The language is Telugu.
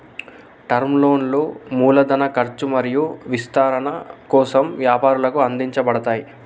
టర్మ్ లోన్లు మూలధన ఖర్చు మరియు విస్తరణ కోసం వ్యాపారాలకు అందించబడతయ్